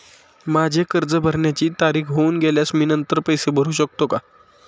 माझे कर्ज भरण्याची तारीख होऊन गेल्यास मी नंतर पैसे भरू शकतो का?